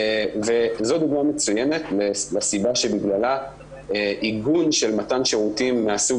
זו דוגמה מצוינת לסיבה בגללה עיגון של מתן שירותים מהסוג